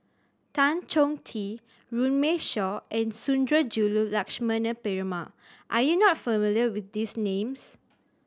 Tan Chong Tee Runme Shaw and Sundarajulu Lakshmana Perumal are you not familiar with these names